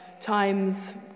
times